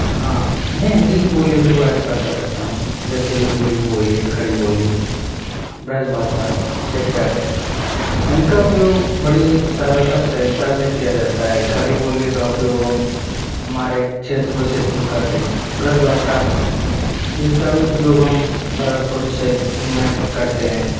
हाँ मैं हिंदी की बोलियों के बारे में बता सकता हूँ जैसे की हिंदी की बोली है खड़ी बोली ब्रजभाषा इत्यादि इनका उपयोग बड़ी सरलता और सहजता से किया जाता है खड़ी बोली का उपयोग हम हमारे क्षेत्र में करते हैं ब्रजभाषा इसका भी उपयोग हम भरतपुर क्षेत्र में करते हैं